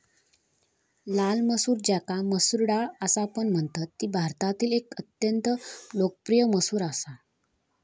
लाल मसूर ज्याका मसूर डाळ असापण म्हणतत ती भारतातील एक अत्यंत लोकप्रिय मसूर असा